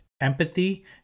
Empathy